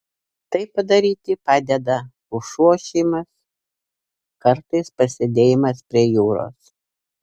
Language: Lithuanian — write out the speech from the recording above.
tai padaryti padeda pušų ošimas kartais pasėdėjimas prie jūros